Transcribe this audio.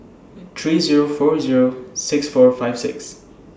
three Zero four Zero six four five six